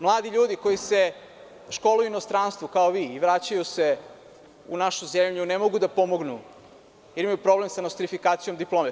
Mladi ljudi koji se školuju u inostranstvu kao vi, i vraćaju se u našu zemlju ne mogu da pomognu, jer imaju problem sa nostrifikacijom diplome.